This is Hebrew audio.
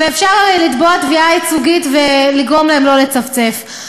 אפשר אולי לתבוע תביעה ייצוגית ולגרום להם לא לצפצף.